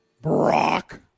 Brock